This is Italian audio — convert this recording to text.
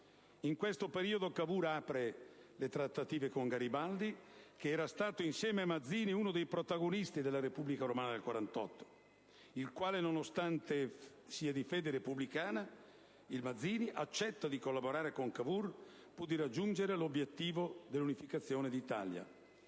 In questo periodo Cavour apre le trattative con Garibaldi che era stato, insieme a Mazzini, uno dei protagonisti della Repubblica romana del 1849, il quale nonostante sia di fede repubblicana accetta di collaborare con Cavour pur di raggiungere l'obiettivo dell'unificazione d'Italia.